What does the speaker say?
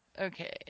Okay